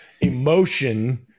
emotion